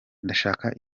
ndashaka